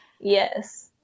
Yes